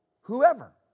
whoever